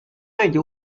مگه